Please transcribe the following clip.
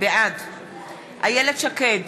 בעד איילת שקד,